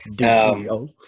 no